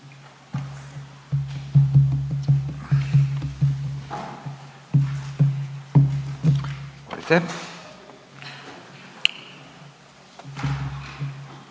Hvala